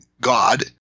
God